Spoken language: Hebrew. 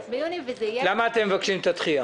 ביוני וזה יהיה --- למה אתם מבקשים את הדחייה?